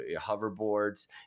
hoverboards